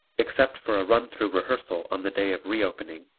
except for a run-through rehearsal on the day of re-opening,